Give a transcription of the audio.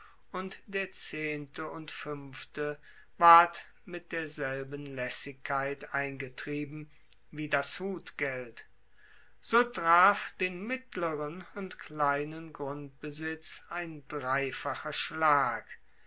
und der zehnte und fuenfte ward mit derselben laessigkeit eingetrieben wie das hutgeld so traf den mittleren und kleinen grundbesitz ein dreifacher schlag